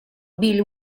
bill